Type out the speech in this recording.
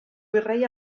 virrei